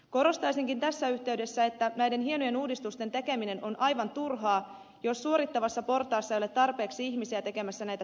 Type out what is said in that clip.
korostaisinkin tässä yhteydessä että näiden hienojen uudistusten tekeminen on aivan turhaa jos suorittavassa portaassa ei ole tarpeeksi ihmisiä tekemässä näitä työllistymisohjelmia